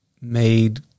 made